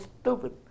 stupid